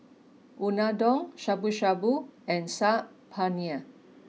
Unadon Shabu Shabu and Saag Paneer